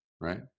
right